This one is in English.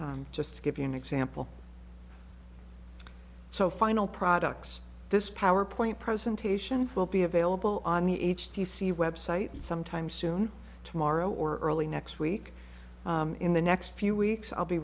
just to give you an example so final products this power point presentation will be available on the h t see website sometime soon tomorrow or early next week in the next few weeks i'll be